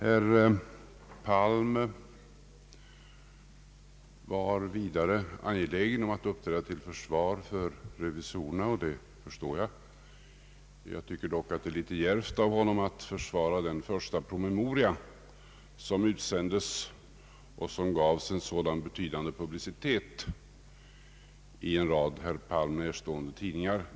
Herr Palm var vidare angelägen om att uppträda till försvar för revisorerna, och det förstår jag. Jag tycker dock att det är litet djärvt av honom att försvara den första promemoria som utsändes och som gavs en sådan betydande publicitet i en rad herr Palm närstående tidningar.